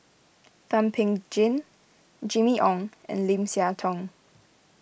Thum Ping Tjin Jimmy Ong and Lim Siah Tong